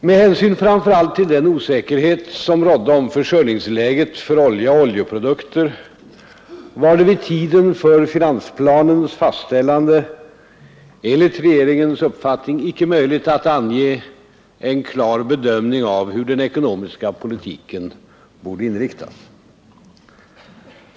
Med hänsyn fram för allt till den osäkerhet som rådde om försörjningsläget för olja och oljeprodukter var det vid tiden för finansplanens fastställande enligt regeringens uppfattning icke möjligt att ange en klar bedömning av hur den ekonomiska politiken borde inriktas.